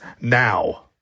now